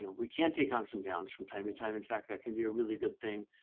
you know we can take on some downs from time to time. in fact, that can be a really good thing.